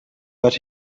but